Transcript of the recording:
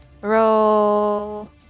Roll